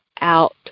out